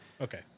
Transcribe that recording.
Okay